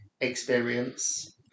experience